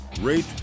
rate